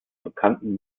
bekannten